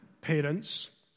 parents